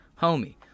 Homie